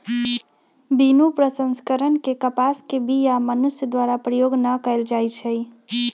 बिनु प्रसंस्करण के कपास के बीया मनुष्य द्वारा प्रयोग न कएल जाइ छइ